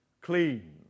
clean